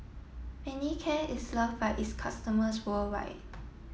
Manicare is love by its customers worldwide